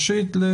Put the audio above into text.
ובזויים.